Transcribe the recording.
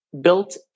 built